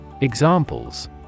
Examples